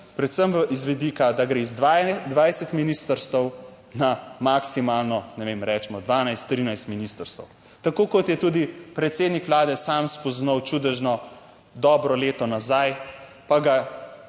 predvsem z vidika, da gre iz 20 ministrstev na maksimalno, ne vem, recimo 12, 13 ministrstev. Tako kot je tudi predsednik Vlade sam spoznal, čudežno, dobro leto nazaj, pa ga